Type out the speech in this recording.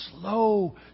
slow